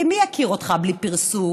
כי מי יכיר אותך בלי פרסום?